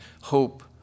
hope